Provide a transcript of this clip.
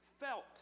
felt